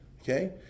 Okay